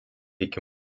iki